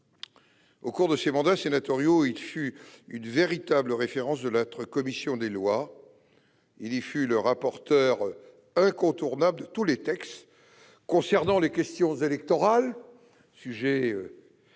Au cours de ses deux mandats sénatoriaux, il fut une véritable référence au sein de la commission des lois. Il y fut le rapporteur incontournable de tous les textes concernant les questions électorales- sujet d'actualité